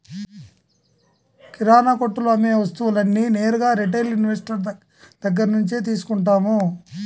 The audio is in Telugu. కిరణాకొట్టులో అమ్మే వస్తువులన్నీ నేరుగా రిటైల్ ఇన్వెస్టర్ దగ్గర్నుంచే తీసుకుంటాం